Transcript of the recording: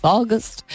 August